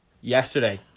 yesterday